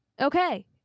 Okay